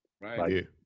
right